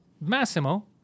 Massimo